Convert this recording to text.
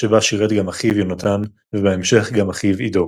שבה שירת גם אחיו יונתן ובהמשך גם אחיו עדו.